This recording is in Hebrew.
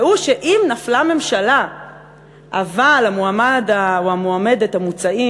והוא שאם נפלה ממשלה אבל המועמד או המועמדת המוצעים